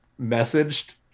messaged